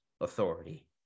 authority